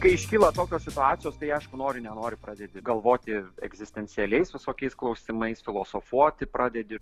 kai iškyla tokios situacijos tai aišku nori nenori pradedi galvoti egzistencialiais visokiais klausimais filosofuoti pradedi